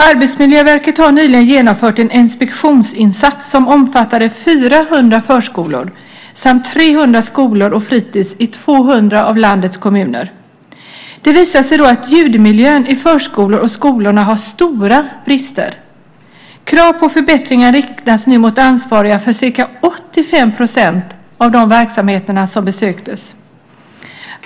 Arbetsmiljöverket har nyligen genomfört en inspektionsinsats som omfattade 400 förskolor samt 300 skolor och fritids i 200 av landets kommuner. Det visade sig då att ljudmiljön i förskolor och skolor har stora brister. Krav på förbättringar riktas nu mot ansvariga för ca 85 % av de verksamheter som besöktes.